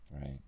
right